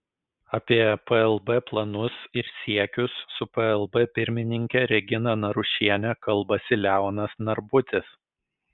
apie plb planus ir siekius su plb pirmininke regina narušiene kalbasi leonas narbutis